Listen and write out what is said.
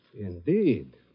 Indeed